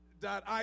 dot